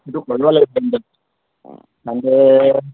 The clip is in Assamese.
সেইটো কৰিব লাগিছিলে তেনতে